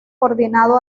coordinado